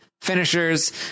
finishers